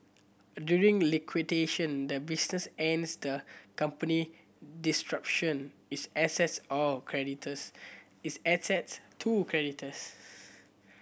during liquidation the business ends the company its assets all creditors its assets to creditors